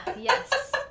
Yes